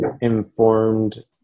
informed